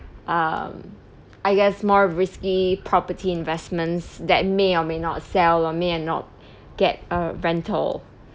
um I guess more risky property investments that may or may not sell or may or not get uh rental